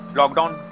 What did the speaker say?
lockdown